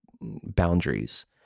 boundaries